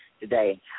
today